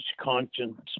conscience